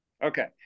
Okay